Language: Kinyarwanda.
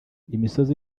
imisozi